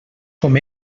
com